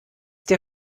der